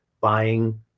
buying